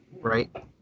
Right